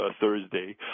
Thursday